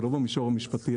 ולא במישור המשפטי,